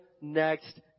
next